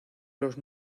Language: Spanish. los